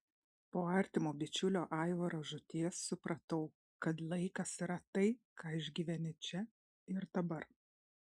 po artimo bičiulio aivaro žūties supratau kad laikas yra tai ką išgyveni čia ir dabar